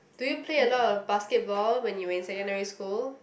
do you play a lot of basketball when you're in secondary school